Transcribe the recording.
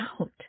out